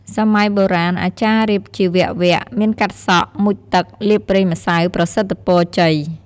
សម័យបុរាណអាចារ្យរៀបជាវគ្គៗ មានកាត់សក់ មុជទឹក លាបប្រេងម្សៅ ប្រសិទ្ធពរជ័យ ។